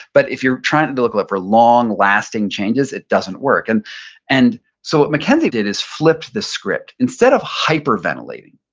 but if you're trying to look look for long-lasting changes, it doesn't work. and and so what mackenzie did is flipped the script instead of hyper-ventilating,